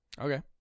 Okay